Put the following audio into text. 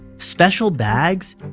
special bags?